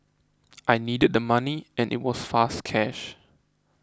I needed the money and it was fast cash